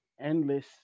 endless